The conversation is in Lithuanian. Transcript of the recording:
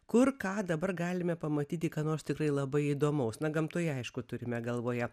kur ką dabar galime pamatyti ką nors tikrai labai įdomaus na gamtoje aišku turime galvoje